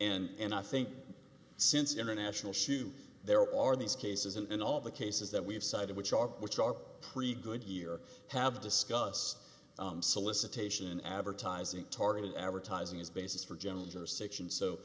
limitations and i think since international shoe there are these cases and all the cases that we've cited which are which are pretty good year have discussed solicitation in advertising targeted advertising is basis for general jurisdiction so